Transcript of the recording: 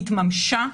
התממשה,